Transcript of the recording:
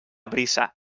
brisa